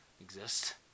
exist